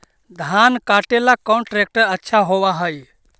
धान कटे ला कौन ट्रैक्टर अच्छा होबा है?